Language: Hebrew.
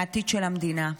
מהעתיד של המדינה.